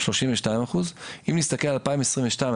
32%. אם נסתכל על 2022,